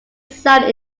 zoned